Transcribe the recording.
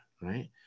right